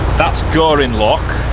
that's goring lock,